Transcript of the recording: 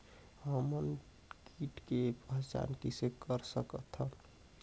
हमन मन कीट के पहचान किसे कर सकथन?